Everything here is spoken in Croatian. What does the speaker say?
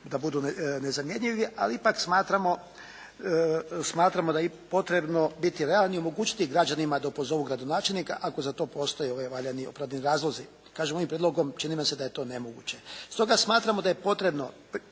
da budu nezamjenjivi ali ipak smatramo da je potrebno biti realniji, omogućiti građanima da opozovu gradonačelnika ako za to postoje valjani i opravdani razlozi. Kažem, ovim prijedlogom čini nam se da je to nemoguće. Stoga smatramo da je potrebno